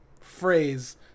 phrase